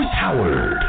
Howard